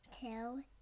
two